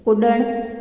कुड॒णु